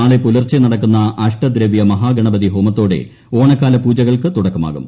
നാളെ പുലർച്ചെ നടക്കുന്ന അഷ്ടദ്രവൃ മഹാഗണപതി ഹോമത്തോടെ ഓണക്കാല പൂജകൾക്ക് തുടക്കമാകും